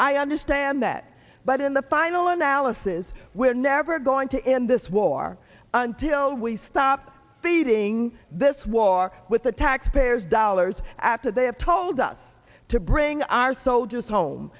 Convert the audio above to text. i understand that but in the final analysis we're never going to end this war until we stop feeding this war with the taxpayers dollars after they have told us to bring our soldiers home